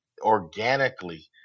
organically